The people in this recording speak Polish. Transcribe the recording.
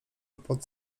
pod